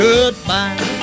Goodbye